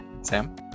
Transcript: Sam